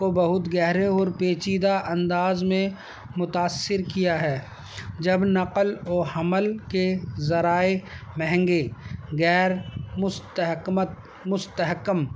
کو بہت گہرے اور پیچیدہ انداز میں متاثر کیا ہے جب نقل و حمل کے ذرائع مہنگے غیر مستحکم مستحکم